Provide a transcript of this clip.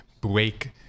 break